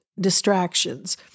distractions